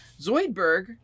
Zoidberg